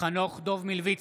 חנוך דב מלביצקי,